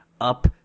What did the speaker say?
up